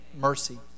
mercy